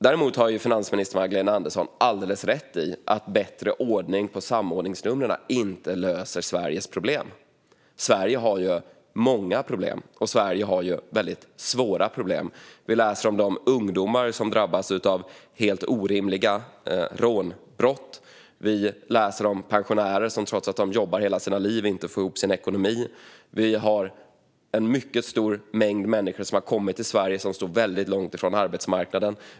Däremot har finansminister Magdalena Andersson alldeles rätt i att bättre ordning på samordningsnumren inte löser Sveriges problem. Sverige har ju många problem, och Sverige har svåra problem. Vi läser om ungdomar som drabbas av helt orimliga rånbrott. Vi läser om pensionärer som trots att de jobbat hela livet inte får ihop sin ekonomi. Vi har en mycket stor mängd människor som kommit till Sverige som står väldigt långt från arbetsmarknaden.